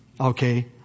okay